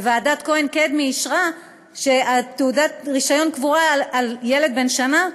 וועדת כהן-קדמי אישרה תעודת רישיון קבורה על ילד בן שנה,